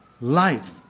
life